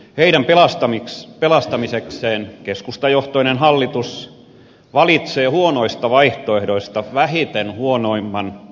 heidän pelastamisekseen keskustajohtoinen hallitus valitsee huonoista vaihtoehdoista vähiten huonoimman